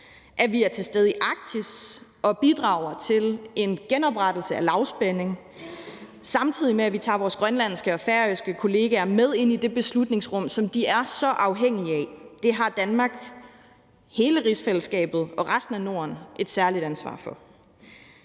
at vi er til stede i Arktis og bidrager til en genoprettelse af lavspænding, samtidig med at vi tager vores grønlandske og færøske kollegaer med ind i det beslutningsrum, som de er så afhængige af. Det har Danmark, hele rigsfællesskabet og resten af Norden et særligt ansvar for.